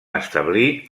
establir